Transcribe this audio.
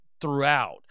throughout